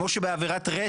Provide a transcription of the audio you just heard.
כמו שבעבירת רצח,